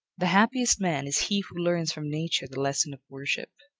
the happiest man is he who learns from nature the lesson of worship.